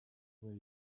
were